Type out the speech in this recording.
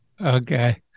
Okay